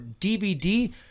DVD